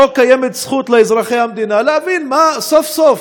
קיימת זכות אזרחי המדינה להבין סוף-סוף,